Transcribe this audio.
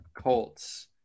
Colts